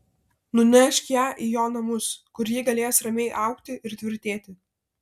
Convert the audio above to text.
nunešk ją į jo namus kur ji galės ramiai augti ir tvirtėti